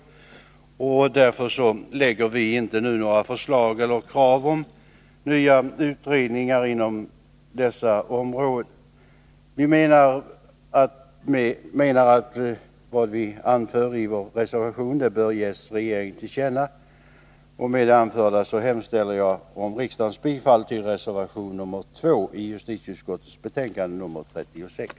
Vi lägger därför inte nu fram några förslag om eller krav på nya utredningar inom dessa områden. Vi menar att vad vi anför i vår reservation bör ges regeringen till känna. Med det anförda hemställer jag om riksdagens bifall till reservation nr 2 i justitieutskottets betänkande nr 36.